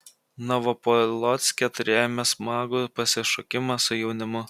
novopolocke turėjome smagų pasišokimą su jaunimu